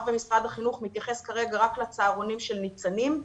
שמשרד החינוך מתייחס כרגע רק לצהרונים של ניצנים,